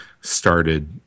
started